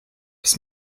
bis